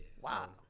Wow